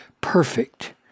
perfect